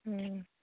ହୁଁ